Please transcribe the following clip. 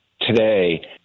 today